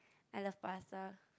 I love pasta